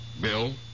Bill